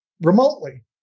remotely